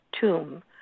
tomb